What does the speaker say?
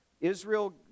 israel